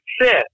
sit